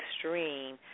extreme